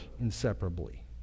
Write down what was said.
inseparably